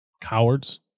cowards